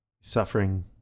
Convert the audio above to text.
Suffering